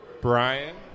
Brian